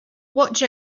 watch